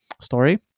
story